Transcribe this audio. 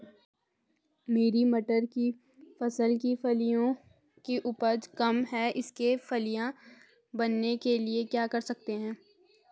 मेरी मटर की फसल की फलियों की उपज कम है इसके फलियां बनने के लिए क्या कर सकते हैं?